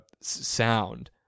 sound